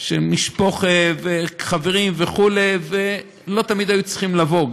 של משפחה וחברים וכו', ולא תמיד היו צריכים לבוא.